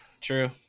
true